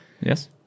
Yes